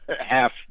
half